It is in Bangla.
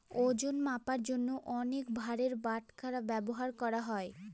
ওজন মাপার জন্য অনেক ভারের বাটখারা ব্যবহার করা হয়